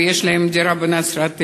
ויש להם דירה בנצרת-עילית.